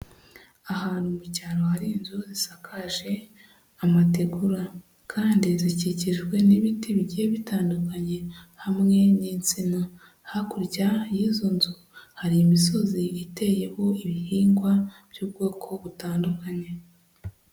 Ahantu mu cyaro hari inzu zisakaje amategura, kandi zikikijwe n'ibiti bigiye bitandukanye hamwe n'insina, hakurya y'izo nzu hari imisozi iteyeho ibihingwa by'ubwoko butandukanye.